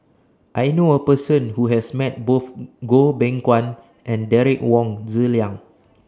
I knew A Person Who has Met Both Goh Beng Kwan and Derek Wong Zi Liang